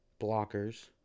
Blockers